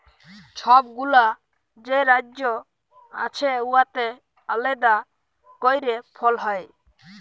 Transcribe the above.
ছব গুলা যে রাজ্য আছে উয়াতে আলেদা ক্যইরে ফল হ্যয়